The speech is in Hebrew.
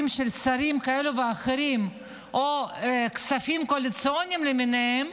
של שרים כאלה ואחרים או כספים קואליציוניים למיניהם,